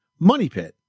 MONEYPIT